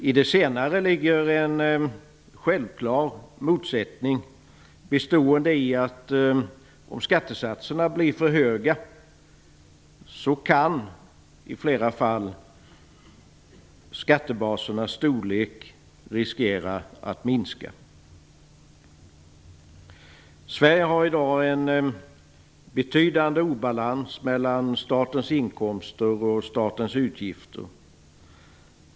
I det senare ligger en självklar motsättning bestående i att om skattesatserna blir för höga kan skattebasernas storlek riskera att minska i flera fall. Sverige har i dag en betydande obalans mellan statens inkomster och statens utgifter.